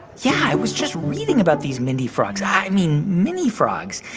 yeah, i was just reading about these mindy frogs i mean mini frogs.